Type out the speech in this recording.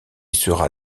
sera